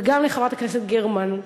וגם לחברת הכנסת גרמן,